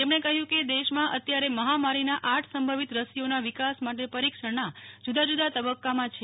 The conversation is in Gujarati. તેમણે કહ્યું કે દેશમાં અત્યારી મહામારીના આઠ સંભવિત રસીઓના વિકાસ માટે પરિક્ષણના જુદા જુદા તબ્બકામાં છે